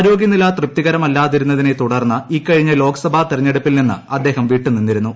ആരോഗ്യനില തൃപ്തികര മല്ലാതിരുന്നതിനെ തുടർന്ന് ഇക്കഴിഞ്ഞ് ലോക്സഭാ തിരഞ്ഞെടു പ്പിൽ നിന്ന് അദ്ദേഹം വിട്ടുതിന്നിരുന്നു